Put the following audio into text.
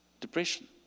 Depression